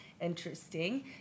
interesting